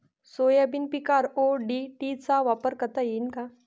Soybean पिकावर ODT चा वापर करता येईन का?